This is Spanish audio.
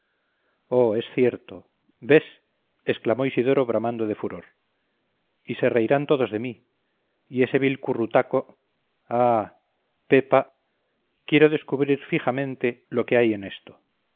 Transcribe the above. oh es cierto ves exclamó isidoro bramando de furor y se reirán todos de mí y ese vil currutaco ah pepa quiero descubrir fijamente lo que hay en esto